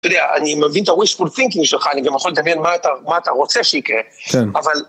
אתה יודע, אני מבין את ה-wishful thinking שלך, אני גם יכול להבין מה אתה רוצה שיקרה, אבל...